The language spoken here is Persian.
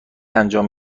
انجام